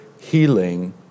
healing